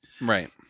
Right